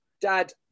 Dad